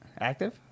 Active